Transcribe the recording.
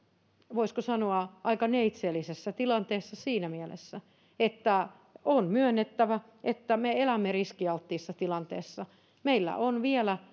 voisiko sanoa aika neitseellisessä tilanteessa siinä mielessä että on myönnettävä että me elämme riskialttiissa tilanteessa meillä on vielä